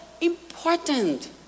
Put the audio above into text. important